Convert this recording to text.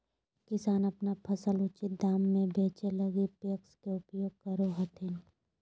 किसान अपन फसल उचित दाम में बेचै लगी पेक्स के उपयोग करो हथिन